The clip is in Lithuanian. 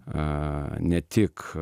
a ne tik